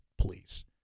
please